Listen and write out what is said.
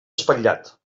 espatllat